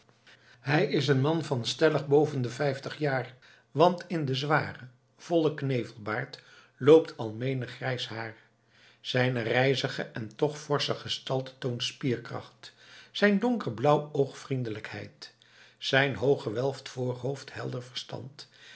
hij is een man van stellig boven de vijftig jaar want in den zwaren vollen knevelbaard loopt al menig grijs haar zijne rijzige en toch forsche gestalte toont spierkracht zijn donker blauw oog vriendelijkheid zijn hoog gewelfd voorhoofd helder verstand